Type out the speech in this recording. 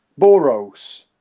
Boros